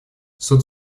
суд